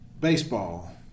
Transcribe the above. baseball